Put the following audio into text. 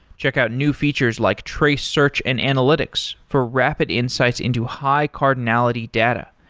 check out new features like trace search and analytics for rapid insights into high-cardinality data,